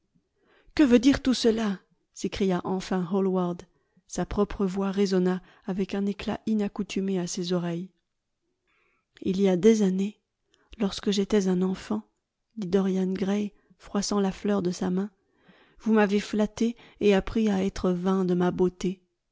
que veut dire tout cela s'écria enfin hallward sa propre voix résonna avec un éclat inaccoutumé à ses oreilles il y a des années lorsque j'étais un enfant dit dorian gray froissant la fleur de sa main vous m'avez flatté et appris à être vain de ma beauté